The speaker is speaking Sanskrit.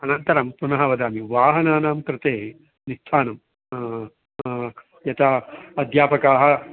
अनन्तरं पुनः वदामि वाहनानां कृते नि स्थानं यथा अध्यापकाः